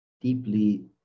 deeply